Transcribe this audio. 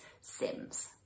Sims